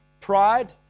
pride